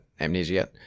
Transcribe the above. Amnesia